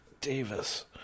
Davis